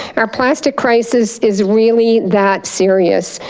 our plastic crisis is really that serious.